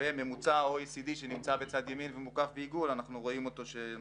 וממוצע ה-OECD שנמצא בצד ימין ומוקף בעיגול, אנחנו